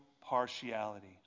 partiality